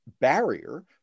barrier